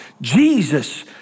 Jesus